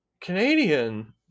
Canadian